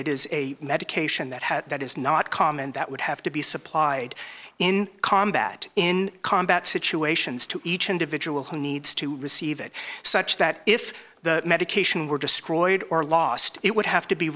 it is a medication that has that is not common that would have to be supplied in combat in combat situations to each individual who needs to receive it such that if the medication were destroyed or lost it would have to be